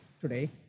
today